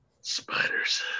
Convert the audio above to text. Spiders